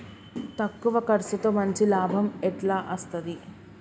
తక్కువ కర్సుతో మంచి లాభం ఎట్ల అస్తది?